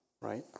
right